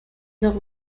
nord